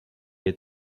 had